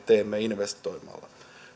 teemme investoimalla